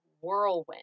whirlwind